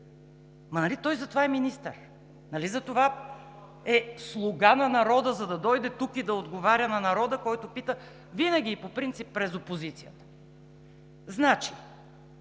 той затова е министър, нали затова е слуга на народа, за да дойде тук и да отговаря на народа, който пита винаги и по принцип през опозицията!